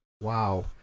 Wow